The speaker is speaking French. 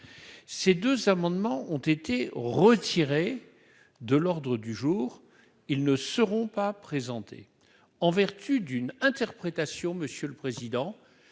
ces deux amendements ont été retirés de l'ordre du jour, ils ne seront pas présentées en vertu d'une interprétation : Monsieur le Président,